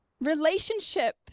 Relationship